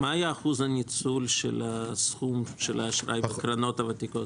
מה היה אחוז הניצול של סכום האשראי בקרנות הוותיקות?